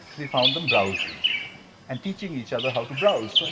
we found them browsing and teaching each other how to browse.